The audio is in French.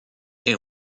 est